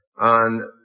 on